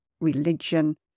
religion